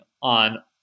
on